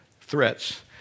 threats